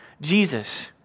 Jesus